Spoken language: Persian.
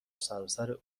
سراسر